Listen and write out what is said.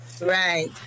Right